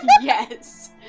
Yes